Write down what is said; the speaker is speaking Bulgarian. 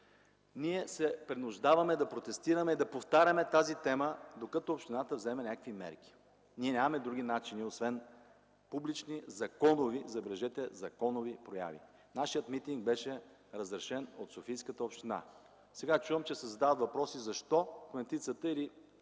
ние се принуждаваме да протестираме и да повтаряме тази тема, докато общината вземе някакви мерки. Ние нямаме други начини освен публични, законови – забележете – законови прояви. Нашият митинг беше разрешен от Софийската община. Сега чувам, че се задават въпроси: „Защо кметицата или кметството